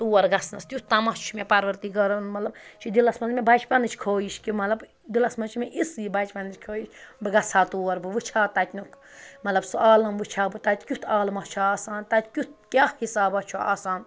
تور گژھنَس تیُٚتھ تَماہ چھِ مےٚ پَروَردِگارَن مطلب چھِ دِلَس منٛز مےٚ بَچپَنٕچ خٲہِش کہِ مطلب دِلَس منٛز چھِ مےٚ اِژھ بَچپَنٕچ خٲہِش بہٕ گژھٕ ہا تور بہٕ وٕچھِ ہا تَتِنُک مطلب سُہ عالم وٕچھِ ہا تَتہِ کیُٚتھ عالمہ چھُ آسان تَتہِ کیُٚتھ کیٛاہ حِسابہ چھُ آسان